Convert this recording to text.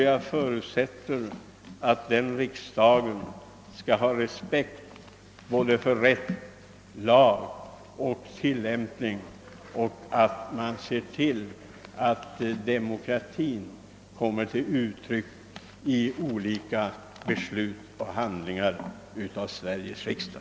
Jag förutsätter att den riksdagen skall ha respekt för såväl rätt, lag som tillämpning och se till att demokratin kommer till uttryck i olika beslut och handlingar av Sveriges riksdag.